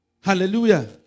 Hallelujah